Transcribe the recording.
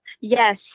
Yes